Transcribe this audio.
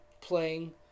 playing